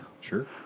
Sure